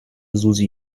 susi